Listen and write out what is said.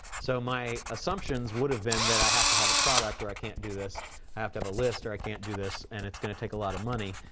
so, my assumptions would've been that i have to have a product, or i can't do this. have to have a list, or i can't do this. and it's gonna take a lot of money.